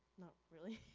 not really.